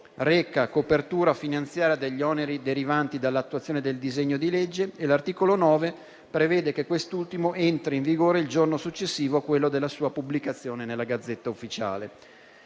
reca la copertura finanziaria degli oneri derivanti dall'attuazione del disegno di legge e l'articolo 9 prevede che quest'ultimo entri in vigore il giorno successivo a quello della sua pubblicazione nella *Gazzetta Ufficiale*.